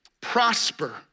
Prosper